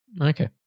Okay